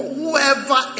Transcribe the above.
Whoever